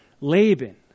Laban